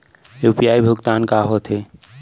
UPI भुगतान का होथे?